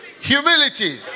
Humility